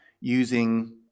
using